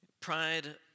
Pride